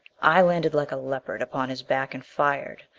i landed like a leopard upon his back and fired,